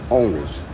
owners